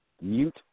mute